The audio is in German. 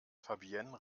fabienne